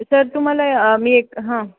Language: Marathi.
सर तुम्हाला मी एक हां